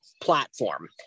platform